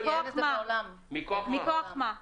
מכוח מה?